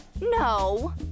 No